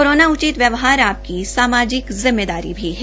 corona उचित व्यवहार आपकी समाजिक जिम्मेदारी भी है